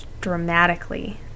dramatically